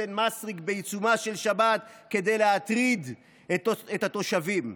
כפר מסריק בעיצומה של שבת כדי להטריד את התושבים.